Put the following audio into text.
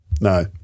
No